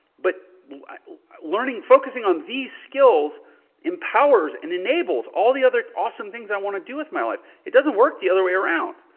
but like learning, focusing on these skills empowers and enables all the other awesome things i want to do with my life. it doesn't work the other way around.